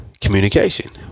communication